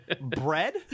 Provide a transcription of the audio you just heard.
Bread